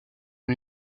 une